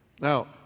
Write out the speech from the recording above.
Now